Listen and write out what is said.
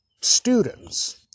students